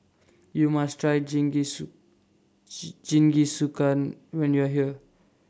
YOU must Try Jingisukan when YOU Are here